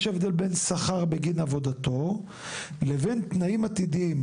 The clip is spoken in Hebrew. יש הבדל בין שכר בגין עבודתו לבין תנאים עתידיים.